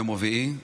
ביום רביעי.